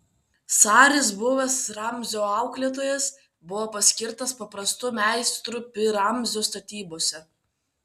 saris buvęs ramzio auklėtojas buvo paskirtas paprastu meistru pi ramzio statybose